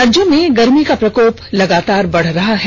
राज्य में गर्मी का प्रकोप लगातार बढ़ रहा है